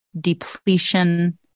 depletion